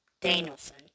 Danielson